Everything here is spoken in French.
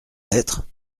lettre